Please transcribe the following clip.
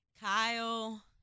Kyle